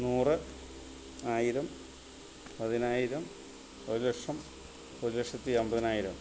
നൂറ് ആയിരം പതിനായിരം ഒരു ലക്ഷം ഒരു ലക്ഷത്തി അൻപതിനായിരം